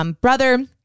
brother